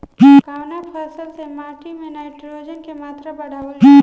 कवना फसल से माटी में नाइट्रोजन के मात्रा बढ़ावल जाला?